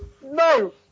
no